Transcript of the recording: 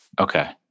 Okay